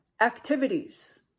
activities